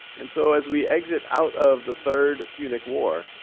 and so as we exit out of the third punic war,